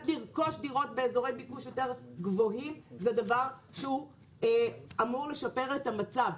לרכוש דירות באזורי ביקוש יותר גבוהים זה דבר שהוא אמור לשפר את המצב,